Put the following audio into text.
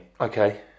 okay